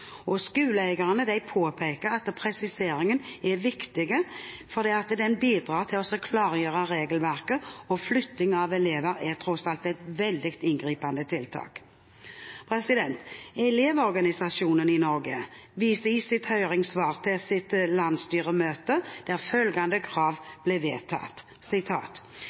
regelverket. Skoleeierne påpeker at presiseringen er viktig fordi den bidrar til å klargjøre regelverket. Flytting av elever er tross alt et veldig inngripende tiltak. Elevorganisasjonen i Norge viser i sitt høringssvar til sitt landsstyremøte, der følgende krav ble vedtatt: